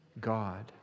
God